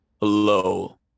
Hello